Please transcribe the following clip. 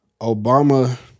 Obama